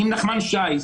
אם נחמן שי,